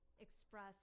express